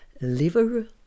liver